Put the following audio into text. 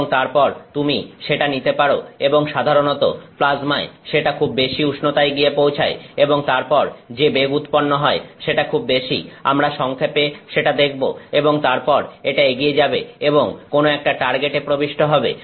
এবং তারপর তুমি সেটা নিতে পারো এবং সাধারণত প্লাজমায় সেটা খুব বেশি উষ্ণতায় গিয়ে পৌঁছায় এবং তারপর যে বেগ উৎপন্ন হয় সেটা খুব বেশি আমরা সংক্ষেপে সেটা দেখব এবং তারপর এটা এগিয়ে যাবে এবং কোন একটা টার্গেট এ প্রবিষ্ট হবে